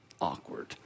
awkward